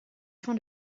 fin